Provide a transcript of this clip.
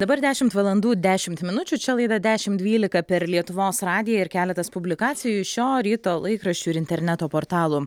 dabar dešimt valandų dešimt minučių čia laida dešimt dvylika per lietuvos radiją ir keletas publikacijų iš šio ryto laikraščių ir interneto portalų